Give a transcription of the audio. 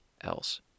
else